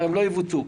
לא יבוצעו.